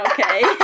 Okay